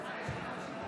הכנסת)